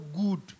good